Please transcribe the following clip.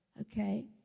Okay